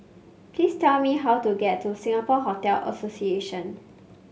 please tell me how to get to Singapore Hotel Association